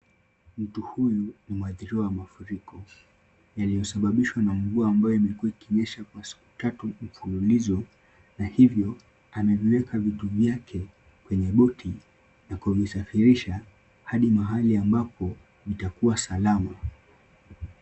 Mtu huyu ni mwathiriwa wa mafuriko yaliyosababishwa na mvua ambayo imekuwa ikinyesha kwa siku tatu mfululizo na hivyo ameviweka vitu vyake kwenye boti na kuvisafirisha hadi mahali ambapo itakuwa salama.